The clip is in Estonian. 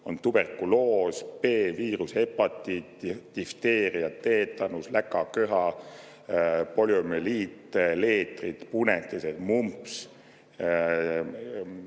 on tuberkuloos, B-viirushepatiit, difteeria, teetanus, läkaköha, poliomüeliit, leetrid, punetised, mumps,